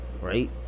right